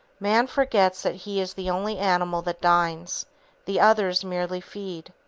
man forgets that he is the only animal that dines the others merely feed.